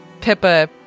Pippa